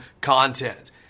content